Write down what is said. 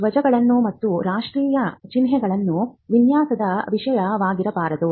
ಧ್ವಜಗಳು ಮತ್ತು ರಾಷ್ಟ್ರೀಯ ಚಿಹ್ನೆಗಳು ವಿನ್ಯಾಸದ ವಿಷಯವಾಗಿರಬಾರದು